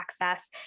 access